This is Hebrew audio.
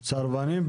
סרבנים.